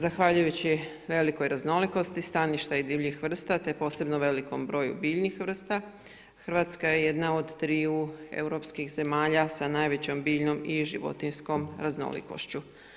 Zahvaljujući velikoj raznolikosti staništa i divljih vrsta te posebno velikom broju biljnih vrsta Hrvatska je jedna od triju europskih zemalja sa najvećom biljnom i životinjskom raznolikošću.